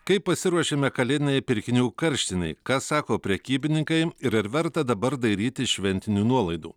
kaip pasiruošėme kalėdinei pirkinių karštinei ką sako prekybininkai ir ar verta dabar dairytis šventinių nuolaidų